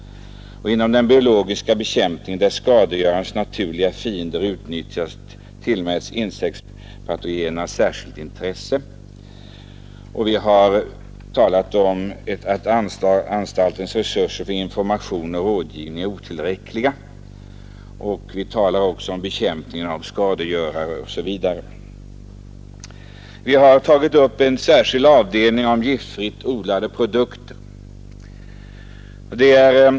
Vi framhåller att inom den biologiska bekämpningen, där skadegörarnas naturliga fiender utnyttjas, tillmäts insektspatogenerna särskilt intresse, och vi har talat om att anstaltens resurser för informationsoch rådgivningsarbete är otillräckliga. Vi talar också om bekämpningen av skadegörare osv. Ett särskilt avsnitt gäller giftfritt odlade produkter.